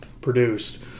produced